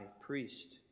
priest